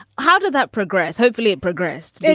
how did that progress? hopefully it progressed. yeah